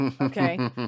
okay